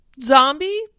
zombie